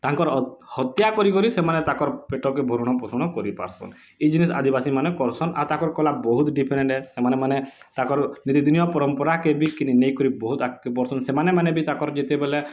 ତାଙ୍କର୍ ହତ୍ୟା କରି କରି ସେମାନେ ତାକର୍ ପେଟକେ ଭରଣ ପୋଷଣ କରି ପାରୁସନ୍ ଇ ଜିନିଷ୍ ଆଦିବାସୀମାନେ କରସନ୍ ଆଉ ତାକର୍ କଲା ବହୁତ୍ ଡ଼ିଫେରଣ୍ଟ୍ ହେ ସେମାନେ ମାନେ ତାକର୍ ନିତିଦିନିଆ ପରମ୍ପରାକେ ବି ନେଇକିନି ବହୁତ୍ ଆଗ୍କେ ବଢ଼ୁସନ୍ ସେମାନେ ମାନେ ବି ତାକର୍ ଯେତେବେଲେ